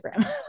Instagram